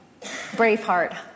Braveheart